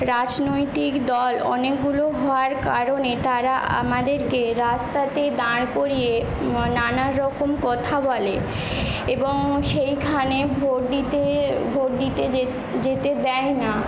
রাজনৈতিক দল অনেকগুলো হওয়ার কারণে তারা আমাদেরকে রাস্তাতে দাঁড় করিয়ে নানারকম কথা বলে এবং সেইখানে ভোট দিতে ভোট দিতে যেত যেতে দেয় না